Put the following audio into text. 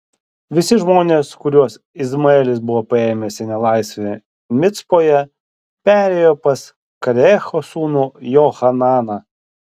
visi žmonės kuriuos izmaelis buvo paėmęs į nelaisvę micpoje perėjo pas kareacho sūnų johananą